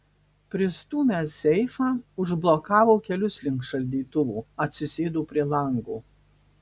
pristūmęs seifą užblokavo kelius link šaldytuvo atsisėdo prie lango